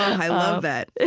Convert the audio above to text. i love that